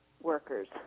workers